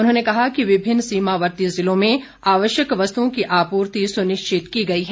उन्होंने कहा कि विभिन्न सीमावर्ती जिलों में आवश्यक वस्तुओं की आपूर्ति सुनिश्चित की गई है